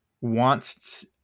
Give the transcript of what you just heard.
wants